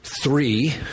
three